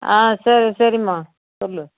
ஆ சரி சரிம்மா சொல்